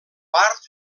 part